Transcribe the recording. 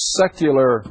secular